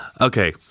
Okay